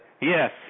Yes